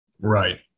Right